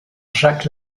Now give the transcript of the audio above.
jacques